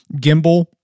gimbal